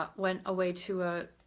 but went away to a